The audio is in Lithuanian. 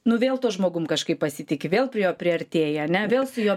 nu vėl tuo žmogum kažkaip pasitiki vėl prie jo priartėji ane vėl su juo